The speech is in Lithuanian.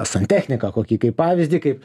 santechniką kokį kaip pavyzdį kaip